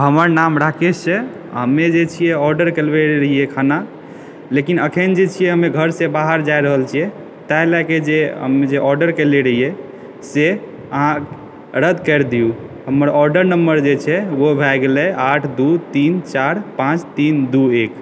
हमर नाम राकेश छै हमे जे छियै ऑर्डर करबेने रहियै खाना लेकिन अखन जे छियै हम घरसँ बाहर जा रहल छियै ताहि ले कऽ जे ऑर्डर केने रहैयै से अहाँ रद्द करि दियौ हमर ऑर्डर नम्बर जे छै ओ भए गेलै आठ दू तीन चारि पाँच तीन दू एक